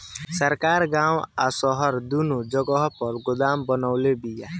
सरकार गांव आ शहर दूनो जगह पर गोदाम बनवले बिया